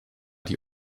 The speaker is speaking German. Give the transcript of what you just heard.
die